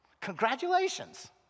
Congratulations